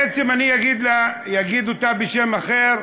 בעצם אני אגיד אותה בשם אחר,